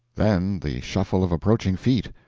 then the shuffle of approaching feet,